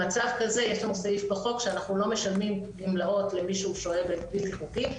במצב כזה יש פה חוק שאנחנו לא משנים גמלאות למי שהוא שוהה בלתי חוקי.